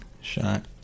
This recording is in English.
shot